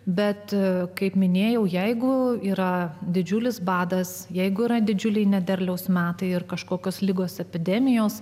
bet kaip minėjau jeigu yra didžiulis badas jeigu yra didžiuliai nederliaus metai ir kažkokios ligos epidemijos